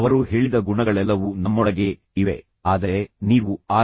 ಅವರು ಹೇಳಿದ ಗುಣಗಳೆಲ್ಲವೂ ನಮ್ಮೊಳಗೇ ಇವೆ ಆದರೆ ನೀವು ಆರ್